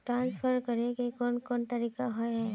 Transfer करे के कोन कोन तरीका होय है?